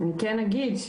אני כן אגיד,